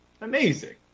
amazing